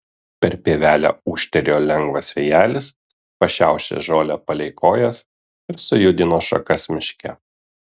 per pievelę ūžtelėjo lengvas vėjelis pašiaušė žolę palei kojas ir sujudino šakas miške